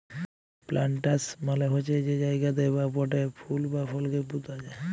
planters মালে হছে যে জায়গাতে বা পটে ফুল বা ফলকে পুঁতা যায়